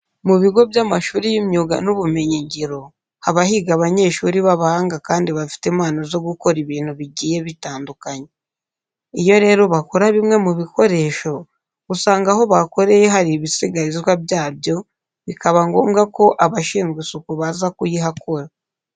Mu bigo by'amashuri y'imyuga n'ubumenyingiro haba higa abanyeshuri b'abahanga kandi bafite impano zo gukora ibintu bigiye bitandukanye. Iyo rero bakora bimwe mu bikoresho, usanga aho bakoreye hari ibisigarizwa byabyo bikaba ngombwa ko abashinzwe isuku baza kuyihakora.